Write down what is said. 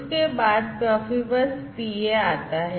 उसके बाद Profibus PA आता है